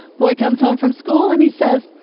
boy comes home from school, and he says,